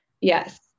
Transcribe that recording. Yes